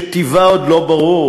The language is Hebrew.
שטיבה עוד לא ברור,